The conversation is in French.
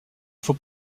faut